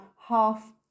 half